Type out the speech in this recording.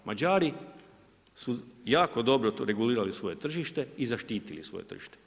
Mađari su jako dobro to regulirali svoje tržište i zaštitili svoje tržište.